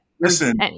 Listen